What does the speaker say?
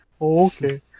Okay